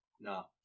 No